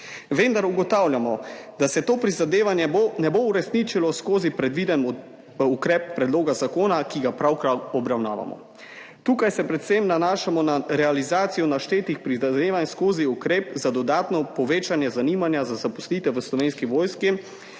Vendar ugotavljamo, da se to prizadevanje ne bo uresničilo skozi predviden ukrep predloga zakona, ki ga pravkar obravnavamo. Tukaj se predvsem nanašamo na realizacijo naštetih prizadevanj skozi ukrep za dodatno povečanje zanimanja za zaposlitev v Slovenski vojski